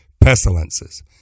pestilences